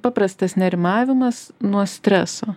paprastas nerimavimas nuo streso